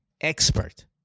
Expert